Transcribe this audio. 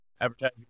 advertising